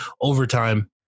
overtime